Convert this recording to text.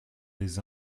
des